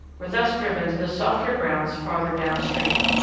were thus driven to the softer grounds farther downstream.